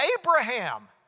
Abraham